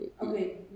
Okay